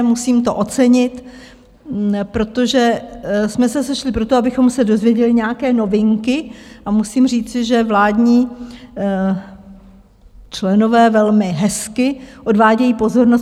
Musím to ocenit, protože jsme se sešli proto, abychom se dozvěděli nějaké novinky, a musím říci, že vládní členové velmi hezky odvádějí pozornost.